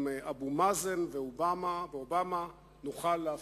עם אבו מאזן ואובמה נוכל להפתיע.